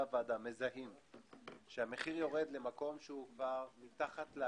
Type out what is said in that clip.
הווה אומר שההורדה של המחיר אין בה עניין של לייצר תחרות,